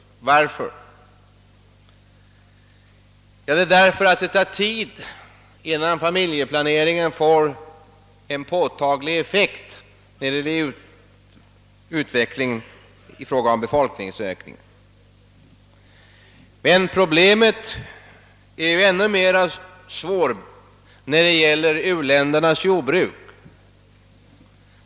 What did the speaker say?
Varför? Jo, därför att det tar tid innan familjeplaneringen får en påtaglig effekt i form av en annan utveckling i fråga om befolkningsökningen. Men problemet är ju ännu svårare när det gäller u-ländernas jordbruk.